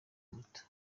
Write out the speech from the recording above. muto